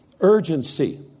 urgency